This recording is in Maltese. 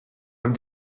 hemm